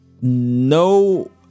No